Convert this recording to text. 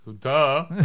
Duh